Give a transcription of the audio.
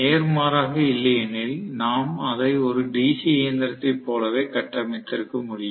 நேர்மாறாக இல்லையெனில் நாம் அதை ஒரு டிசி இயந்திரத்தைப் போலவே கட்டமைத்திருக்க முடியும்